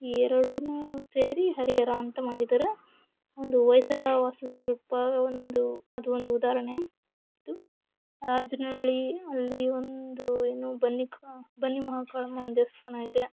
ಈ ಎರಡೂ ಸೇರಿ ಹರಿಹರ ಅಂತ ಮಾಡಿದ್ದಾರೆ ಒಂದು ಹೊಯ್ಸಳ ವಾಸ್ತುಶಿಲ್ಪ ಒಂದು ಅದು ಒಂದು ಉದಾಹರಣೆ ರಾಜನಹಳ್ಳಿ ಅಲ್ಲಿ ಒಂದು ಏನು ಬನ್ನಿ ಕ ಬನ್ನಿ ಮಹಾಕಾಳಮ್ಮನ ದೇವಸ್ಥಾನ ಇದೆ